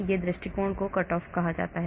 एक दृष्टिकोण को कट ऑफ कहा जाता है